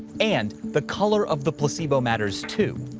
and the color of the placebo matters too.